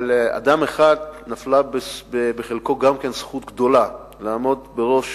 אבל אדם אחד נפלה בחלקו גם זכות גדולה לעמוד בראש